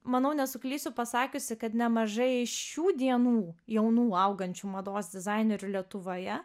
manau nesuklysiu pasakiusi kad nemažai šių dienų jaunų augančių mados dizainerių lietuvoje